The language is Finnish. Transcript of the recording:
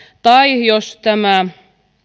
tai jos tämä